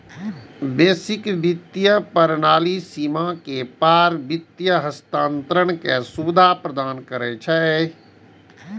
वैश्विक वित्तीय प्रणाली सीमा के पार वित्त हस्तांतरण के सुविधा प्रदान करै छै